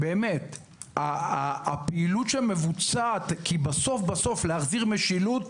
הפעילות שמבוצעת כדי להחזיר את המשילות